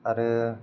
आरो